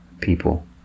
people